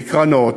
מקרנות,